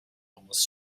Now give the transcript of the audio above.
almost